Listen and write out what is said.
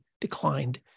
declined